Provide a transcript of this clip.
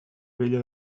vella